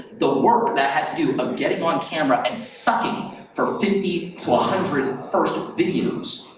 the work that had to do of getting on camera and sucking for fifty one hundred and first videos,